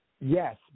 Yes